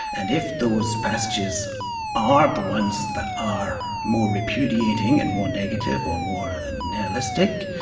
and if those passages are the ones that are more repudiating and more negative or more nihilistic,